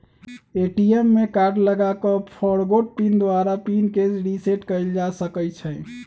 ATM में card लगा कऽ फ़ॉरगोट पिन द्वारा पिन के रिसेट कएल जा सकै छै